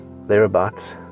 thereabouts